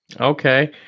Okay